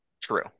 True